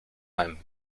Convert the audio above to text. him